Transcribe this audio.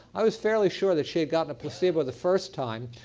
i was fairly sure that she had gotten a placebo the first time